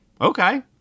okay